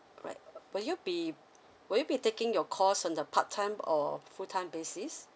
alright would you be would you be taking your course on the part time or full time basis right